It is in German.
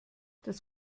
das